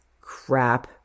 crap